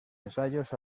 ensayos